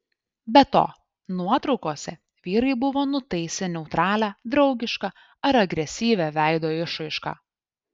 be to nuotraukose vyrai buvo nutaisę neutralią draugišką ar agresyvią veido išraišką